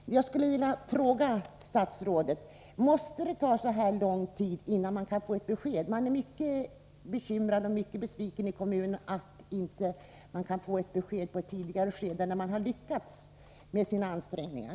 etablering i Skinnilja fråga statsrådet: Måste det ta så här lång tid, innan man kan Jag skulle vilja fråg; §§ skatteberg få ett besked? Man är mycket bekymrad och besviken i kommunen över att man inte kan få besked i ett tidigare skede, när man har lyckats med sina ansträngningar.